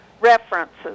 references